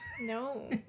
No